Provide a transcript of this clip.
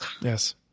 Yes